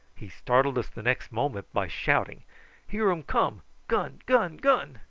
he startled us the next moment by shouting here um come! gun, gun, gun!